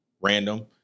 random